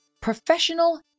Professional